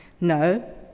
No